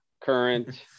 current